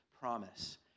promise